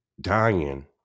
dying